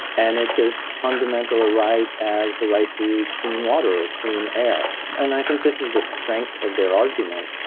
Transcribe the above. and it's as fundamental a right as the right to clean water or clean air. and i think this is the strength of their argument.